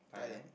Thailand